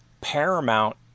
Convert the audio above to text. Paramount